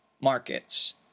markets